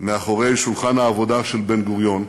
מאחורי שולחן העבודה של בן-גוריון,